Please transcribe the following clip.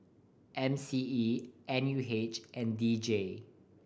M C E N U H and D J